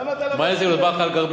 מה אני אזכיר, את באקה-אל-ע'רביה?